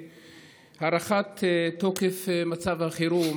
ישראל אייכלר, אינו נוכח, חבר הכנסת סעיד אלחרומי,